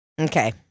Okay